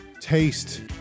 taste